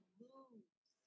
lose